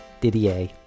Didier